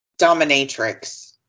Dominatrix